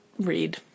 read